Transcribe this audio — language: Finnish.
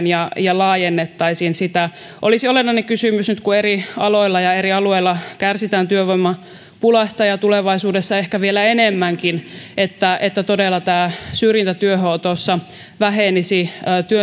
ja ja laajennettaisiin sitä olisi olennainen kysymys nyt kun eri aloilla ja eri alueilla kärsitään työvoimapulasta ja tulevaisuudessa ehkä vielä enemmänkin että että todella tämä syrjintä työhönotossa vähenisi